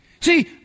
See